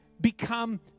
become